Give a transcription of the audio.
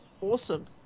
awesome